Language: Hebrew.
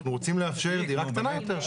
אנחנו רוצים לאפשר דירה קטנה יותר.